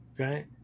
Okay